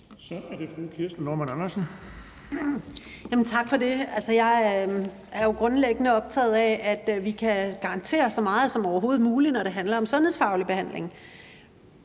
Andersen. Kl. 18:11 Kirsten Normann Andersen (SF): Tak for det. Altså, jeg er jo grundlæggende optaget af, at vi kan garantere så meget som overhovedet muligt, når det handler om sundhedsfaglig behandling.